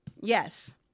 yes